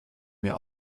mir